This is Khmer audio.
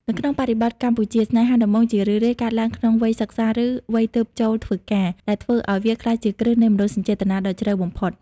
នៅក្នុងបរិបទកម្ពុជា ស្នេហាដំបូងជារឿយៗកើតឡើងក្នុងវ័យសិក្សា ឬវ័យទើបចូលធ្វើការ ដែលធ្វើឱ្យវាក្លាយជាគ្រឹះនៃមនោសញ្ចេតនាដ៏ជ្រៅបំផុត។